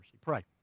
Pray